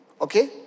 Okay